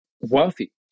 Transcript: wealthy